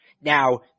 Now